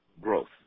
growth